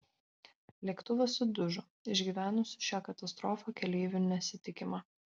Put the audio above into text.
lėktuvas sudužo išgyvenusių šią katastrofą keleivių nesitikima